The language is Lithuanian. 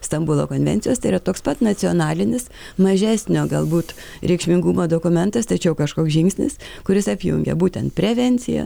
stambulo konvencijos tai yra toks pat nacionalinis mažesnio galbūt reikšmingumo dokumentas tačiau kažkoks žingsnis kuris apjungia būtent prevenciją